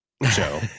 Joe